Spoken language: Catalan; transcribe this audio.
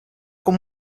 com